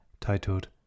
titled